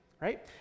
right